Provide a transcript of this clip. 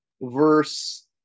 verse